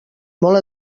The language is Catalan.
molt